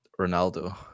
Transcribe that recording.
Ronaldo